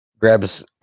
Grabs